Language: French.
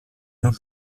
nos